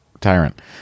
tyrant